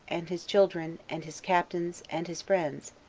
and his children, and his captains, and his friends,